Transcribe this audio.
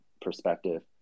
perspective